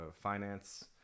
finance